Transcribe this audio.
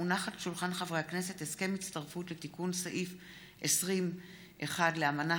כמו כן הונח הסכם הצטרפות לתיקון סעיף 20(1) לאמנה